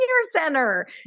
center